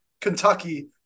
Kentucky